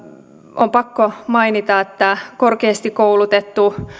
on pakko mainita että korkeasti koulutettuna